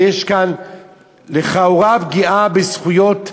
ויש כאן לכאורה פגיעה בזכויות אדם,